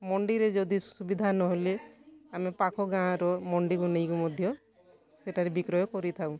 ମଣ୍ଡିରେ ଯଦି ସୁବିଧା ନହେଲେ ଆମେ ପାଖ ଗାଁର ମଣ୍ଡିକୁ ନେଇ ମଧ୍ୟ ସେଠାରେ ବିକ୍ରୟ କରିଥାଉ